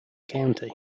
county